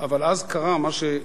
אבל אז קרה מה שצפוי,